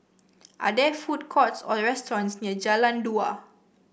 are there food courts or restaurants near Jalan Dua